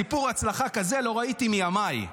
סיפור ההצלחה כזה לא ראיתי מימיי: